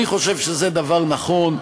אני חושב שזה דבר נכון.